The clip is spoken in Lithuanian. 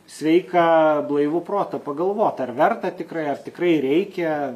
sveiką blaivų protą pagalvot ar verta tikrai ar tikrai reikia